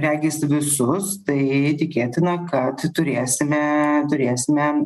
regis visus tai tikėtina kad turėsime turėsime